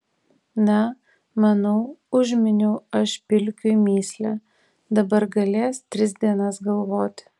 na manau užminiau aš pilkiui mįslę dabar galės tris dienas galvoti